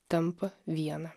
tampa viena